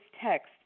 text